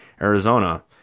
Arizona